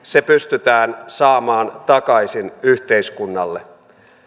pystytään saamaan takaisin yhteiskunnalle